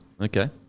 Okay